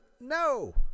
No